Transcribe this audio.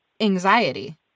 anxiety